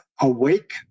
awake